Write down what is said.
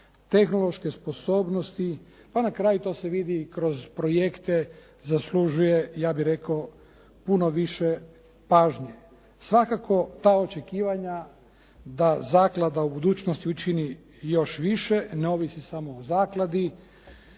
tehnološke sposobnosti, pa na kraju to se vidi i kroz projekte zaslužuje, ja bih rekao puno više pažnje. Svakako ta očekivanja da zaklada u budućnosti učini još više, ne ovisi samo o zakladi